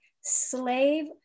slave